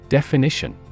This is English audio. Definition